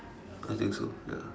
I think so ya